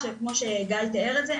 כמו שגיא תיאר את זה,